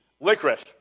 licorice